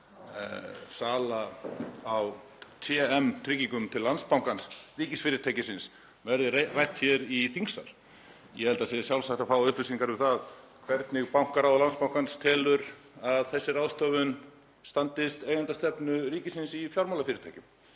sala á TM Tryggingum til Landsbankans, ríkisfyrirtækisins, verði rædd hér í þingsal. Ég held að það sé sjálfsagt að fá upplýsingar um það hvernig bankaráð Landsbankans telur að þessi ráðstöfun standist eigendastefnu ríkisins í fjármálafyrirtækjum.